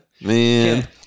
Man